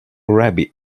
rabbi